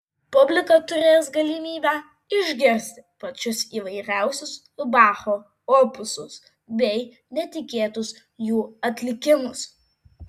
publika turės galimybę išgirsti pačius įvairiausius bacho opusus bei netikėtus jų atlikimus